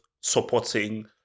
supporting